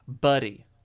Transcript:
Buddy